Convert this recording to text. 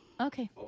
Okay